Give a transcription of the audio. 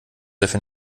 dafür